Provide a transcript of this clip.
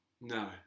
No